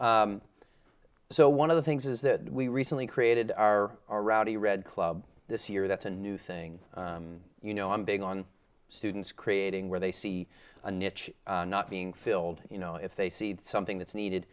behavior so one of the things is that we recently created our our rowdy red club this year that's a new thing you know i'm big on students creating where they see a niche not being filled you know if they see something that's needed